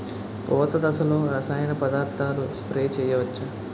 పూత దశలో రసాయన పదార్థాలు స్ప్రే చేయచ్చ?